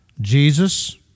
Jesus